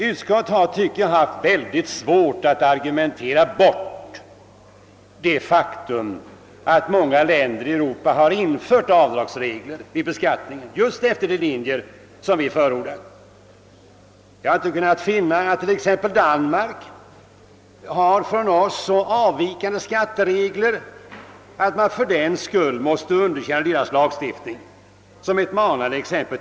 Utskottet har, tycker jag, haft mycket svårt att argumentera bort det faktum att många länder i Europa har infört avdragsregler vid beskattningen just efter de linjer vi förordat. Jag har inte kunnat finna att t.ex. Danmark har så avvikande skatteregler att man fördenskull måste underkänna lagstiftningen där som ett till efterföljd manande exempel.